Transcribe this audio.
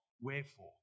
wherefore